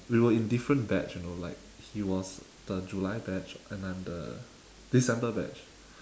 we were in different batch you know like he was the july batch and I'm the december batch